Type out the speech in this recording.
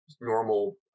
normal